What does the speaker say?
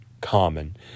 common